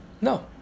No